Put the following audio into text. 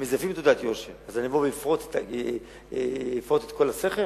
שמזייפים תעודת יושר, אני אבוא ואפרוץ את כל הסכר?